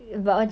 !huh!